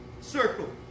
circle